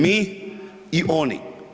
Mi i oni.